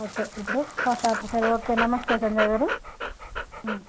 okay ఇప్పుడు shop okay నమస్తే సంధ్య గారు